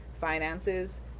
finances